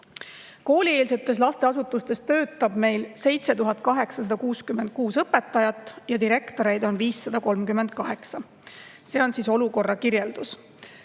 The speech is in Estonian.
Koolieelsetes lasteasutustes töötab meil 7866 õpetajat ja direktoreid on 538. See on olukorra kirjeldus.